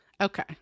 Okay